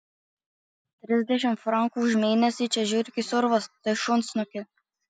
trisdešimt frankų už mėnesį čia žiurkės urvas tu šunsnuki